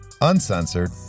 uncensored